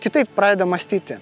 kitaip pradeda mąstyti